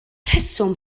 rheswm